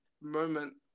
moment